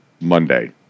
Monday